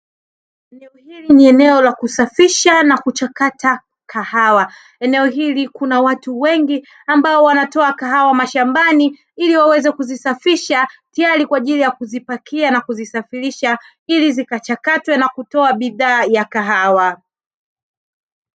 Eneo hili ni eneo la kusafisha na kuchakata kahawa. Eneo hili kuna watu wengi ambao wanatoa kahawa mashambani ili waweze kuzisafisha tayari kwa ajili ya kuzipakia na kuzisafirisha ili zikachakatwe na kutoa bidhaa ya kahawa.